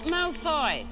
Malfoy